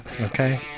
Okay